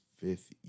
fifth